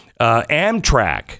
Amtrak